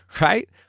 right